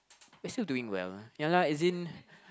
you're still doing well ah ya lah as in